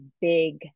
big